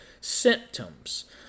symptoms